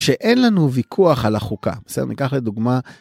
שאין לנו ויכוח על החוקה, בסדר? ניקח לדוגמה.